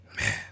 Man